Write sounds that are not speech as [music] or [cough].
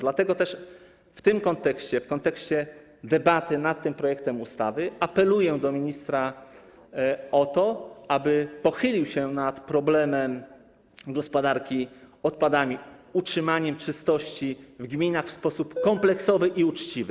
Dlatego też w tym kontekście, w kontekście debaty nad tym projektem ustawy, apeluję do ministra o to, aby pochylił się nad problemem gospodarki odpadami, utrzymaniem czystości w gminach w sposób kompleksowy [noise] i uczciwy.